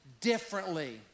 differently